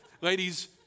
ladies